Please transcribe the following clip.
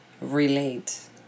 relate